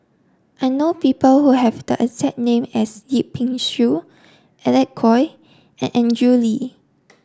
I know people who have the exact name as Yip Pin Xiu Alec Kuok and Andrew Lee